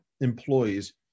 employees